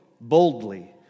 boldly